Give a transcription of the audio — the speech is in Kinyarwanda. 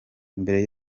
mbere